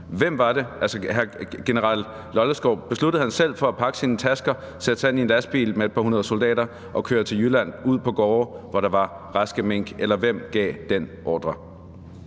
Hvem var det? Besluttede general Lollesgaard selv at pakke sine tasker, sætte sig ind i en lastbil med et par hundrede soldater og køre til Jylland ud på gårde, hvor der var raske mink? Eller hvem gav den ordre?